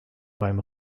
beim